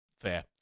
Fair